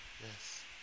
yes